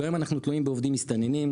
כיום אנחנו תלויים בעובדים מסתננים,